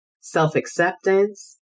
self-acceptance